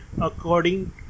according